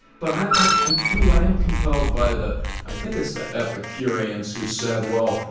but i i do i am compelled by the i think it's the epicureans who said, well,